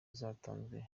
zatanzwe